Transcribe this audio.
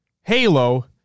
Halo